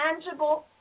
tangible